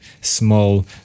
small